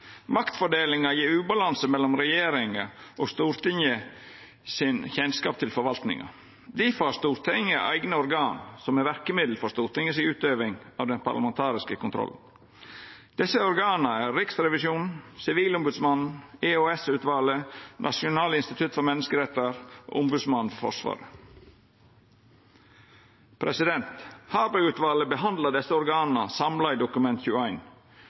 Maktfordelinga gjev ubalanse mellom den kjennskapen regjeringa og Stortinget har til forvaltninga. Difor har Stortinget eigne organ som er verkemiddel for Stortinget si utøving av den parlamentariske kontrollen. Desse organa er Riksrevisjonen, Sivilombodsmannen, EOS-utvalet, Noregs institusjon for menneskerettar og Ombodsmannen for Forsvaret. Harberg-utvalet behandla desse organa samla i Dokument